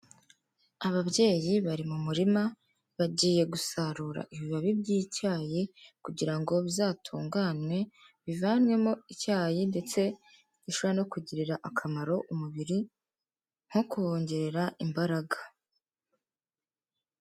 Ababyeyi bari mu murima bagiye gusarura ibibabi by'icyayi kugira ngo bizatunganywe bivanwemo icyayi ndetse bishobora no kugirira akamaro umubiri nko kuwongerera imbaraga.